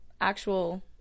actual